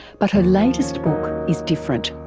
but her latest book is different.